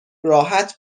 راحت